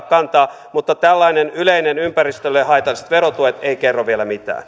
kantaa mutta tällainen yleinen ympäristölle haitalliset verotuet ei kerro vielä mitään